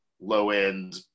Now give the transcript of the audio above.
low-end